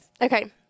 okay